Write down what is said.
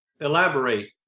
Elaborate